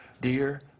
Dear